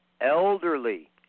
elderly